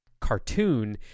cartoon